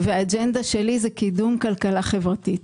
והאג'נדה שלי היא קידום כלכלה חברתית.